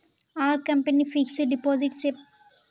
Are company fixed deposit safe?